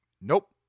nope